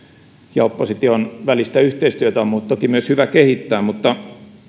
ja myös opposition välistä yhteistyötä on toki hyvä kehittää mutta